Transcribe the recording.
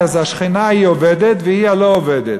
השכנה ההיא עובדת והיא לא עובדת.